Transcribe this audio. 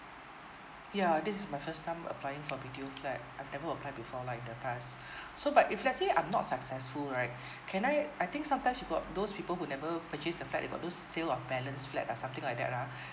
ya this is my first time applying for B_T_O flat I've never apply before like the guess so but if let's say I'm not successful right can I I think sometimes you got those people who never purchase the flat they got those sale of balance flat uh something like that uh